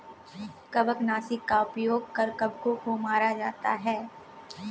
कवकनाशी का उपयोग कर कवकों को मारा जाता है